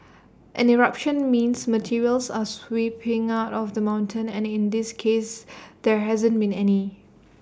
an eruption means materials are spewing out of the mountain and in this case there hasn't been any